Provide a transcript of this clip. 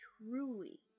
truly